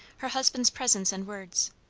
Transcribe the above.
her husband's presence and words,